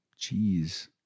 Jeez